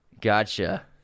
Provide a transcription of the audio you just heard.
Gotcha